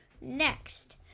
Next